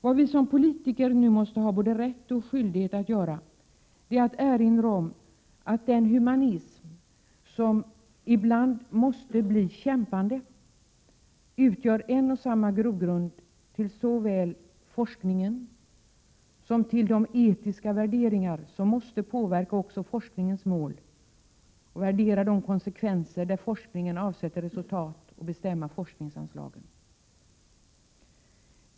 Vad vi som politiker nu måste ha både rätt och skyldighet att göra är att erinra om att den humanism som ibland måste bli kämpande utgör en och samma grogrund för såväl forskningen som de etiska värderingar som måste påverka också forskningens mål. Vi måste värdera konsekvenserna av de resultat som forskningen avsätter och bestämma forskningsanslagen.